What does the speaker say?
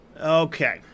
okay